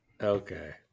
Okay